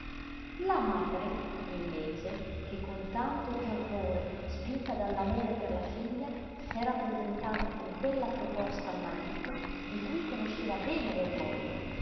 la madre invece che con tanto terrore spinta dall'amore per la figlia s'era presentata con quella proposta al marito di cui conosceva bene